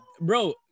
bro